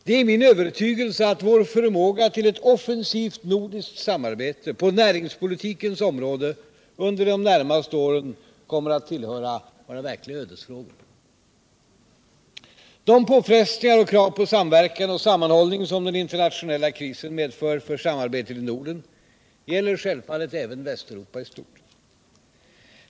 Det är min övertygelse att vår förmåga till ett offensivt nordiskt samarbete på näringspolitikens område under de närmaste åren kommer att tillhöra våra verkliga ödesfrågor. De påfrestningar och krav på samverkan och sammanhållning som den internationella krisen medför för samarbetet i Norden gäller självfallet även Västeuropa i stort.